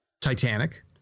Titanic